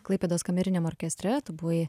klaipėdos kameriniam orkestre tu buvai